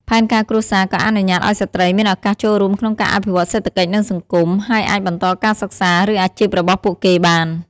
ផែនការគ្រួសារក៏អនុញ្ញាតឲ្យស្ត្រីមានឱកាសចូលរួមក្នុងការអភិវឌ្ឍសេដ្ឋកិច្ច និងសង្គម ហើយអាចបន្តការសិក្សា ឬអាជីពរបស់ពួកគេបាន។